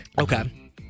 Okay